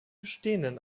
bestehenden